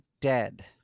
dead